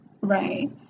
Right